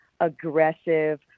aggressive